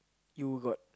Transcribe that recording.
you got